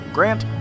Grant